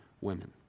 women